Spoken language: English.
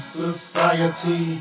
society